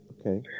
Okay